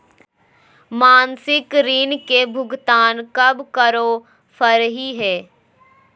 मासिक ऋण के भुगतान कब करै परही हे?